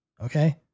Okay